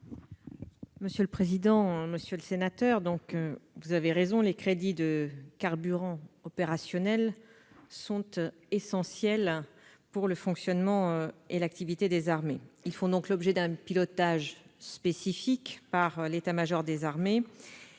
Gouvernement ? Monsieur le sénateur, vous avez raison : les crédits de carburants opérationnels sont essentiels au fonctionnement et à l'activité des armées. Ils font donc l'objet d'un pilotage spécifique par l'état-major des armées.